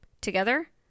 together